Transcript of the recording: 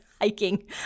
hiking